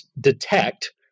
detect